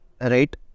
right